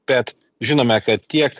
bet žinome kad tiek